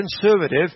conservative